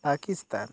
Pakistan